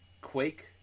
Quake